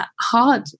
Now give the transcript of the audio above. hard